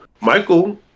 Michael